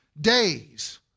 days